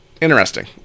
interesting